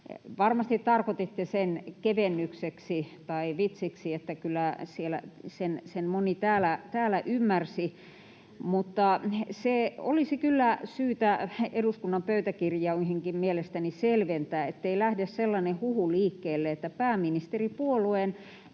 Varmasti tarkoititte sen kevennykseksi tai vitsiksi, kyllä sen moni täällä ymmärsi, mutta se olisi kyllä syytä eduskunnan pöytäkirjoihinkin mielestäni selventää, ettei lähde sellainen huhu liikkeelle, että pääministeripuolueen